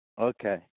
Okay